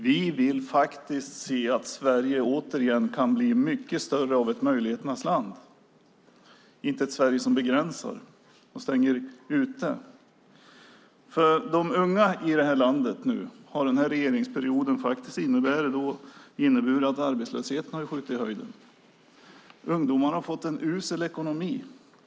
Vi vill faktiskt se att Sverige återigen kan bli mycket mer av ett möjligheternas land, inte ett Sverige som begränsar och stänger ute. För de unga i det här landet har den här regeringsperioden faktiskt inneburit att arbetslösheten har skjutit i höjden. Ungdomarna har fått en usel ekonomi.